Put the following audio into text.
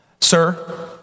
Sir